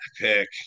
pick